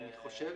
לפני